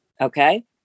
Okay